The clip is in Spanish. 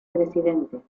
presidente